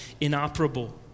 inoperable